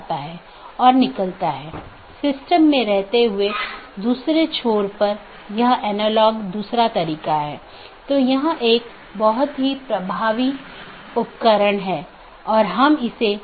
दो जोड़े के बीच टीसीपी सत्र की स्थापना करते समय BGP सत्र की स्थापना से पहले डिवाइस पुष्टि करता है कि BGP डिवाइस रूटिंग की जानकारी प्रत्येक सहकर्मी में उपलब्ध है या नहीं